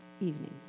evening